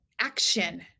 action